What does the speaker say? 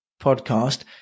podcast